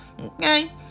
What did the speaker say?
okay